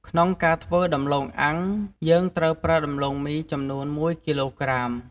ក្នុងការធ្វើដំទ្បូងអាំង យើងត្រូវប្រើដំឡូងមី ចំនួន១គីឡូក្រាម។